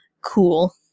cool